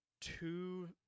two